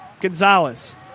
Gonzalez